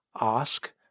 ask